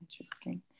interesting